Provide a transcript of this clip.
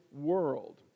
world